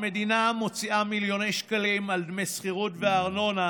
המדינה מוציאה מיליוני שקלים על דמי שכירות וארנונה